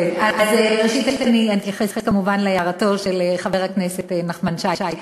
ראשית, אתייחס כמובן להערתו של חבר הכנסת נחמן שי.